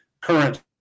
current